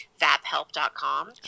vaphelp.com